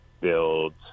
build